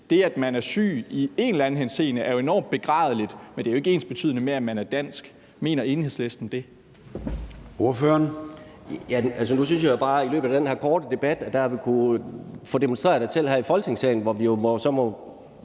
det, at man er syg i en eller anden henseende, er enormt begrædeligt, men det er jo ikke ensbetydende med, at man er dansk. Mener Enhedslisten det?